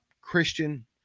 Christian